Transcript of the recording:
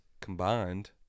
combined